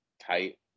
tight